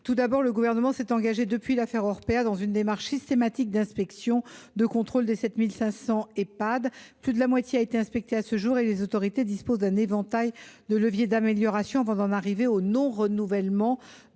Orpea, le Gouvernement s’est engagé dans une démarche systématique d’inspection et de contrôle des 7 500 Ehpad. Plus de la moitié ont été inspectés à ce jour, et les autorités disposent d’un éventail de leviers d’amélioration avant d’en arriver au non renouvellement